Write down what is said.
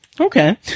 Okay